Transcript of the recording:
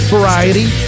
Variety